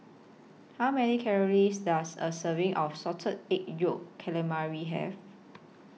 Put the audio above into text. How Many Calories Does A Serving of Salted Egg Yolk Calamari Have